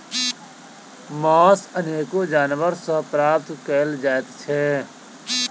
मौस अनेको जानवर सॅ प्राप्त करल जाइत छै